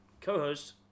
co-host